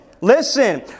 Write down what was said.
listen